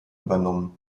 übernommen